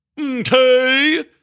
Okay